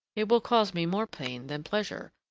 it will cause me more pain than pleasure,